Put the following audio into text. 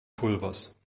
pulvers